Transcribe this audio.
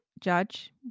judge